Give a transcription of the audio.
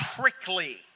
prickly